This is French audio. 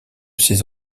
ces